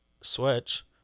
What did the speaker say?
switch